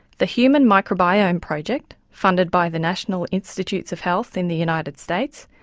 the human microbiome project, funded by the national institutes of health in the united states,